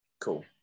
Cool